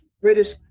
British